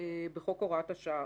בחוק הוראת השעה,